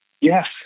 Yes